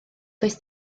does